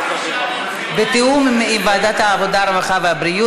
ועדת הכנסת.